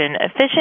efficient